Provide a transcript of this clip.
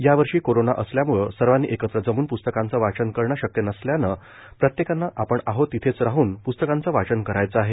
यावर्षी कोरोना असल्याम्ळं सर्वांनी एकत्र जमून प्स्तकांचे वाचन करणे शक्य नसल्यानं प्रत्येकानं आपण आहो तिथेच राहून पुस्तकांचं वाचन करायचं आहे